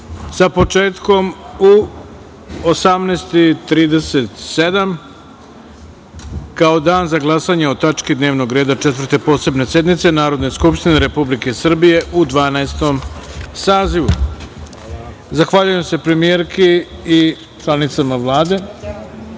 sa početkom u 18 i 37 časova, kao dan za glasanje o tački dnevnog reda Četvrte posebne sednice Narodne skupštine Republike Srbije u XII sazivu. Zahvaljujem se premijerki i članicama Vlade.